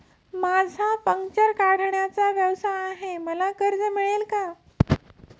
माझा पंक्चर काढण्याचा व्यवसाय आहे मला कर्ज मिळेल का?